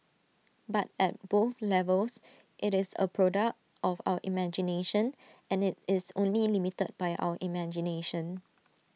but at both levels IT is A product of our imagination and IT is only limited by our imagination